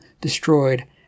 destroyed